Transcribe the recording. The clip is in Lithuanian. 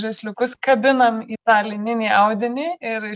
žaisliukus kabinam į tą lininį audinį ir